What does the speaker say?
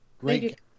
Great